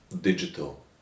digital